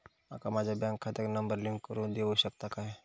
माका माझ्या बँक खात्याक नंबर लिंक करून देऊ शकता काय?